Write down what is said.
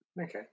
Okay